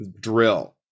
drill